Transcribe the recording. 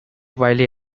wylie